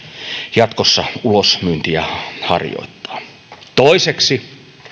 jatkossa ulosmyyntiä harjoittaa toiseksi